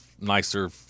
nicer